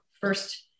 first